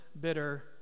bitter